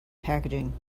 packaging